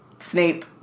Snape